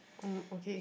mm okay